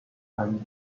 and